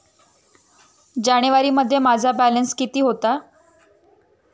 जानेवारीमध्ये माझा बॅलन्स किती होता?